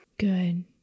Good